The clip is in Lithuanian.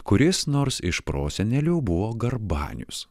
kuris nors iš prosenelių buvo garbanius